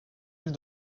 îles